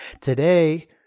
Today